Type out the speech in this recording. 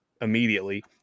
immediately